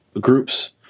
groups